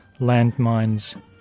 landmines